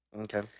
Okay